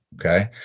Okay